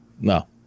no